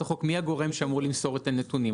החוק מי הגורם שאמור למסור את הנתונים.